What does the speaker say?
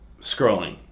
scrolling